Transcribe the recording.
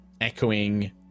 echoing